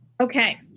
Okay